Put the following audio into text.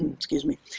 excuse me.